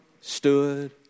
stood